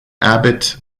abbot